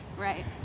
right